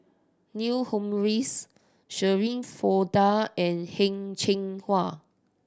Neil Humphreys Shirin Fozdar and Heng Cheng Hwa